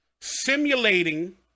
simulating